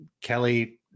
Kelly